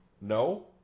No